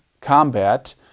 combat